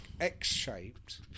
X-shaped